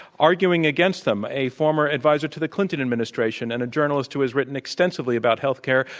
arguing against them, a former advisor to the clinton administration and a journalist who has written extensively about healthcare,